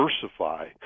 diversify